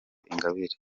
ingabire